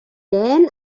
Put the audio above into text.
then